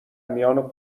میان